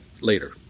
later